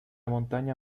montaña